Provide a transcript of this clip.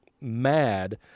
mad